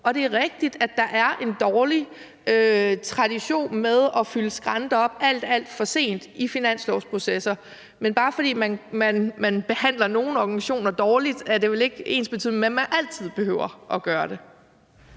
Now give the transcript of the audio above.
Og det er rigtigt, at der er en dårlig tradition med at fylde skrænter op alt, alt for sent i finanslovsprocesserne, men bare fordi man behandler nogle organisationer dårligt, er det vel ikke ensbetydende med, at man altid behøver at gøre det.